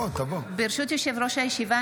ברשות יושב-ראש הישיבה,